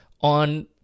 on